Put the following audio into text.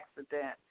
accident